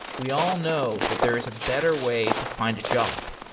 we all know that there is a better way to find a job.